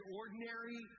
ordinary